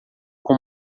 com